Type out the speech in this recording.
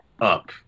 up